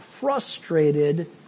frustrated